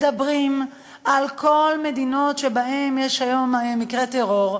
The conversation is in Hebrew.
מדברים על כל המדינות שיש בהן היום מקרי טרור,